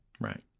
Right